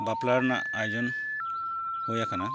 ᱵᱟᱯᱞᱟ ᱨᱮᱱᱟᱜ ᱟᱭᱳᱡᱚᱱ ᱦᱩᱭ ᱟᱠᱟᱱᱟ